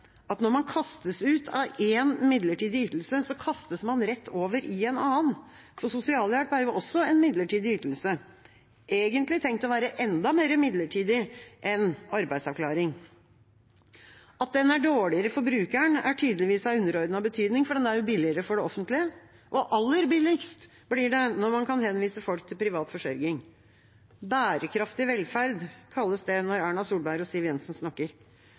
at når man kastes ut av én midlertidig ytelse, kastes man rett over i en annen, for sosialhjelp er også en midlertidig ytelse, egentlig tenkt å være enda mer midlertidig enn arbeidsavklaring. At den er dårligere for brukeren, er tydeligvis av underordnet betydning, for den er billigere for det offentlige. Og aller billigst blir det når man kan henvise folk til privat forsørging. Bærekraftig velferd, kalles det når Erna Solberg og Siv Jensen snakker.